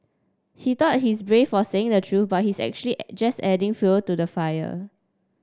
he thought he's brave for saying the truth but he's actually just adding fuel to the fire